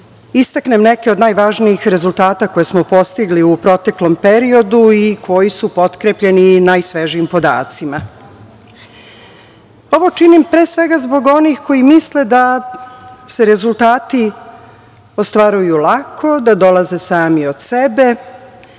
istaknem neke od najvažnijih rezultata koje smo postigli u prethodnom periodu i koji su potkrepljeni i najsvežijim podacima. Ovo činim pre svega zbog onih koji misle da se rezultati ostvaruju lako, da dolaze sami od sebe.